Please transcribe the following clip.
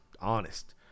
honest